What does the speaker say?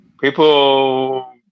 People